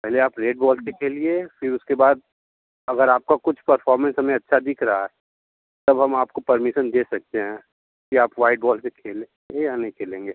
पहले आप red ball से खेलिए फिर उसके बाद अगर आपका कुछ परफॉर्मेंस हमें अच्छा दिख रहा है तब हम आपको पर्मिशन दे सकते हैं कि आप वाइट बॉल से खेलेंगे या नहीं खेलेंगे